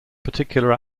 particular